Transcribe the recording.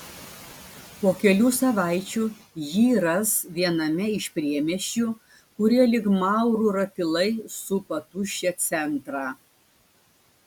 po kelių savaičių jį ras viename iš priemiesčių kurie lyg maurų ratilai supa tuščią centrą